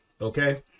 Okay